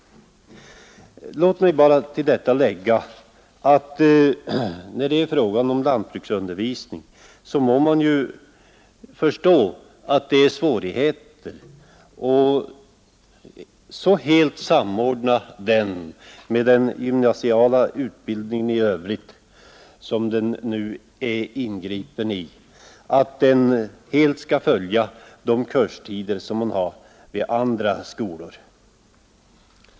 Låt mig tillägga att när det gäller frågan om lantbruksundervisningen må man förstå att det är svårt att helt samordna den med den gymnasiala utbildningen i övrigt, som den nu är inbegripen i. Det måste uppstå svårigheter, om den helt skall följa de kurstider som man har vid andra skolor.